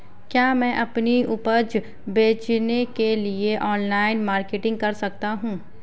क्या मैं अपनी उपज बेचने के लिए ऑनलाइन मार्केटिंग कर सकता हूँ?